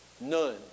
None